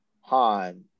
Han